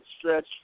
stretch